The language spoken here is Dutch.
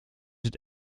het